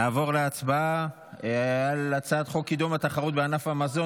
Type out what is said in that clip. נעבור להצבעה על הצעת חוק קידום התחרות בענף המזון